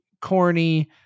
Corny